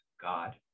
God